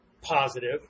positive